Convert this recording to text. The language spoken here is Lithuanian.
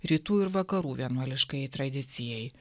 rytų ir vakarų vienuoliškajai tradicijai